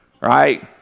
Right